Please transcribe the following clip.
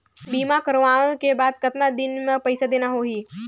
बीमा करवाओ के बाद कतना दिन मे पइसा देना हो ही?